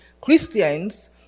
Christians